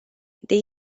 they